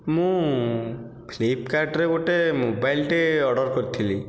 ମୁଁ ଫ୍ଲିପକାର୍ଟରେ ଗୋଟିଏ ମୋବାଇଲଟେ ଅର୍ଡ଼ର କରିଥିଲି